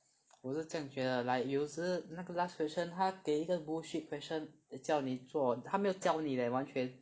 我也是这样觉得有时那个 last question 他给一个 bullshit question 叫你做他没有教你 leh 完全